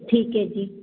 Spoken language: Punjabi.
ਠੀਕ ਹੈ ਜੀ